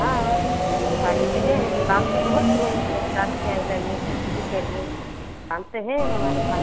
हाँ खाली तो है काम तो बहुत है लेपटॉप चलाइए कुछ भी करिए काम तो है हमारे पास